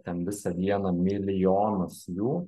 ten visą dieną milijonus jų